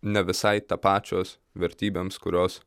ne visai tapačios vertybėms kurios